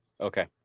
okay